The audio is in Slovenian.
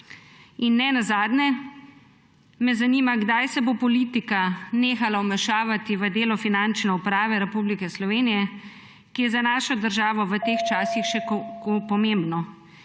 davčnemu svetovalcu? Kdaj se bo politika nehala vmešavati v delo Finančne uprave Republike Slovenije, ki je za našo državo v teh časih še kako pomembno?